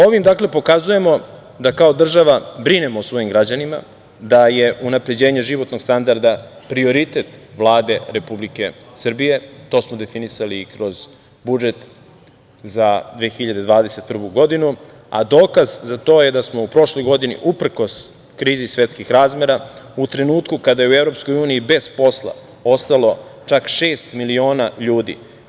Ovim pokazujemo da kao država brinemo o svojim građanima, da je unapređenje životnog standarda prioritet Vlade Republike Srbije, to smo definisali i kroz budžet za 2021. godinu, a dokaz za to je da smo u prošloj godini uprkos krizi svetskih razmera, u trenutku kada je u EU bez posla ostalo čak šest miliona ljudi.